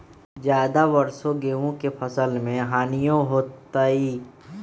ज्यादा वर्षा गेंहू के फसल मे हानियों होतेई?